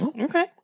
Okay